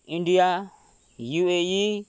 India UAE